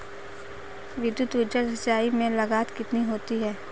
विद्युत ऊर्जा से सिंचाई में लागत कितनी होती है?